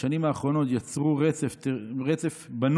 בשנים האחרונות יצרו רצף בנוי